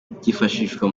byifashishwa